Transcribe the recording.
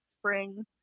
spring